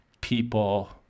people